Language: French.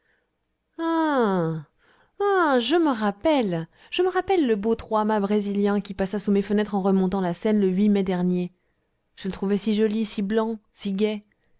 ah je me rappelle je me rappelle le beau trois-mâts brésilien qui passa sous mes fenêtres en remontant la seine le mai dernier je le trouvai si joli si blanc si gai